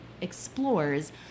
explores